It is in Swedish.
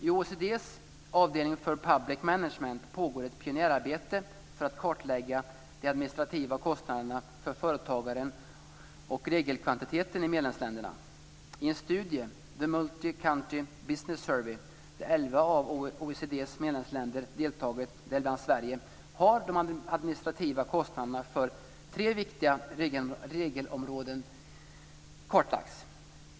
I OECD:s avdelning för public management pågår ett pionjärarbete för att kartlägga de administrativa kostnaderna för företagaren och regelkvantiteten för medlemsländerna. I en studie, The Multi County Business Survey, där elva av OECD:s medlemsländer deltagit, däribland Sverige, har de administrativa kostnaderna för tre viktiga regelområden kartlagts.